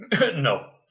No